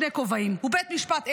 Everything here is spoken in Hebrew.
בית המשפט העליון,